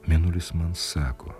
mėnulis man sako